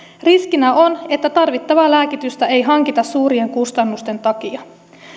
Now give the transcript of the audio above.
riskinä on että tarvittavaa lääkitystä ei hankita suurien kustannusten takia